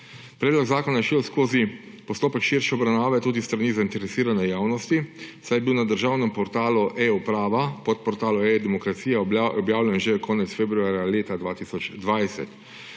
Predlog zakona je šel skozi postopek širše obravnave tudi s strani zainteresirane javnosti, saj je bil na državnem portalu eUprava, podportalu eDemokracija objavljen že konec februarja leta 2020.